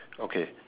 okay